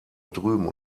drüben